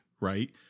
right